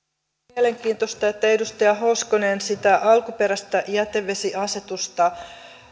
mielenkiintoista että edustaja hoskonen sitä alkuperäistä jätevesiasetusta